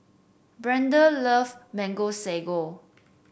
Brendan love Mango Sago